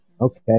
Okay